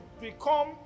become